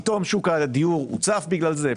פתאום שוק הדיור הוצף בגלל זה?